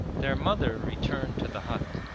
their mother returned to the hut,